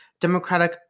Democratic